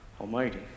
Almighty